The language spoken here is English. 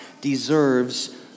deserves